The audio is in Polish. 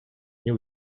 nie